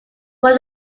but